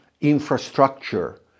infrastructure